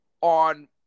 on